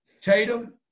Tatum